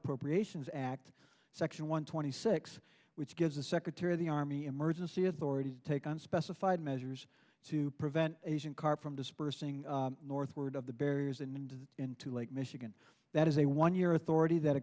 appropriations act section one twenty six which gives the secretary of the army emergency authorities take on specified measures to prevent asian carp from dispersing northward of the barriers and into lake michigan that is a one year authority that